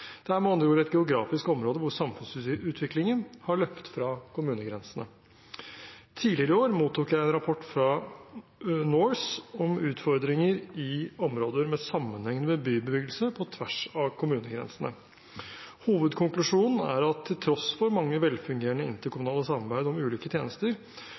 Det er med andre ord et geografisk område der samfunnsutviklingen har løpt fra kommunegrensene. Tidligere i år mottok jeg en rapport fra NORCE om utfordringer i områder med sammenhengende bybebyggelse på tvers av kommunegrensene. Hovedkonklusjonen er at til tross for mange velfungerende interkommunale samarbeid om ulike tjenester,